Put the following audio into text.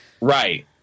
Right